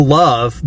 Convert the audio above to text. love